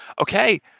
Okay